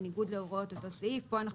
בניגוד להוראות אותו סעיף,";" פה אנחנו